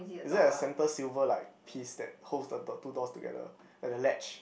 is it a center silver like piece that holds the two two doors together like the ledge